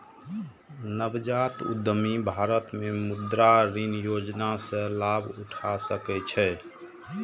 नवजात उद्यमी भारत मे मुद्रा ऋण योजना सं लाभ उठा सकै छै